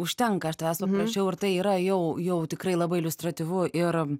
užtenka aš tavęs paprašiau ir tai yra jau jau tikrai labai iliustratyvu ir